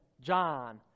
John